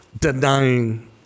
denying